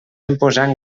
imposant